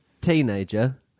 teenager